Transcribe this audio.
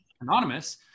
anonymous